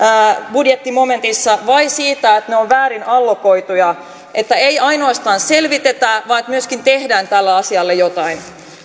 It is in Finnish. budjettimomentissa vai siitä että ne ovat väärin allokoituja ei ainoastaan selvitetä vaan myöskin tehdään tälle asialle jotain